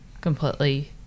completely